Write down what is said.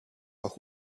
auch